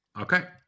Okay